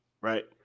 right